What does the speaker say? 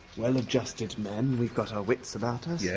well-adjusted men, we've got our wits about us. yeah,